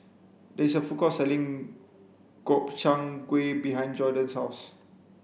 there is a food court selling Gobchang gui behind Jordon's house